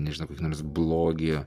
nežinau kokį nors blogį